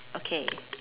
okay